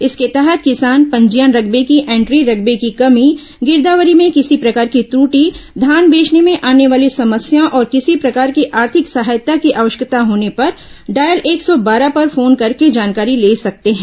इसके तहत किसान पंजीयन रकबे की एंटी रकबें की कमी गिरदावरी में किसी प्रकार को त्रटि धान बेचने में आने वाली समस्याओं और किसी प्रकार की आर्थिक सहायता की आवश्यकता होने पर डायल एक सौ बारह पर फोन करके जानकारी ले सकते हैं